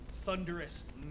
thunderous